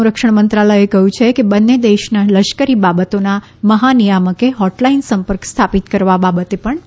સંરક્ષણ મંત્રાલયે કહ્યું કે બંને દેશના લશ્કરી બાબતોના મહાનિયામકે હોટલાઇન સંપર્ક સ્થાપિત કરવા બાબતે પણ ચર્ચા કરી